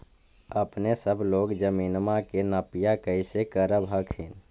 अपने सब लोग जमीनमा के नपीया कैसे करब हखिन?